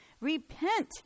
Repent